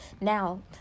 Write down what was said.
Now